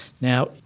Now